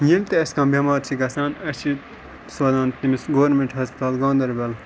ییٚلہِ تہِ اَسہِ کانٛہہ بٮ۪مار چھِ گژھان اَسہِ چھِ سوزان تٔمِس گورمٮ۪نٛٹ ہَسپَتال گاندَربَل